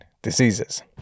diseases